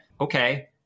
okay